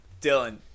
Dylan